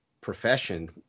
profession